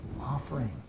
offering